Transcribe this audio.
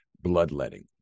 bloodletting